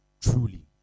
truly